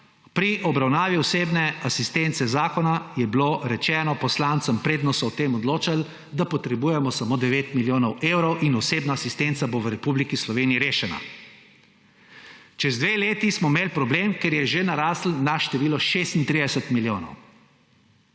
Pri obravnavi zakona o osebni asistenci je bilo rečeno poslancem, preden so o tem odločali, da potrebujemo samo 9 milijonov evrov in osebna asistenca bo v Republiki Sloveniji rešena. Čez dve leti smo imeli problem, ker je že naraslo na število 36 milijonov.